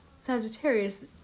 Sagittarius